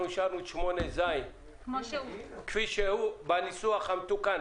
אנחנו אישרנו את 8(ז) כפי שהוא בניסוח המתוקן,